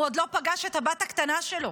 הוא עוד לא פגש את הבת קטנה שלו.